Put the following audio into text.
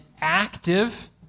active